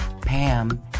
Pam